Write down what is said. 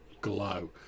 glow